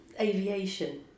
aviation